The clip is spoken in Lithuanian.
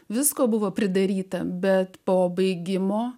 visko buvo pridaryta bet po baigimo